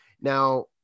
Now